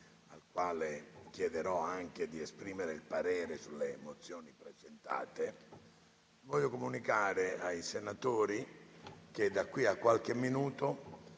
Grazie,